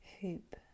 hoop